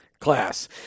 class